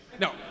No